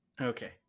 okay